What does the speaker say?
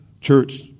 Church